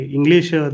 English